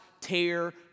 tear